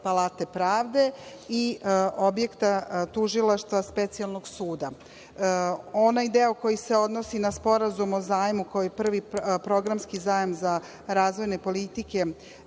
Palate pravde i objekta Tužilaštva Specijalnog suda. Onaj deo koji se odnosi na Sporazum o zajmu – Prvi programski zajam za razvojne politike